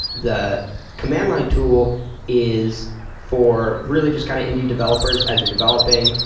the command line tool is for really just kind of indy developers as you're developing.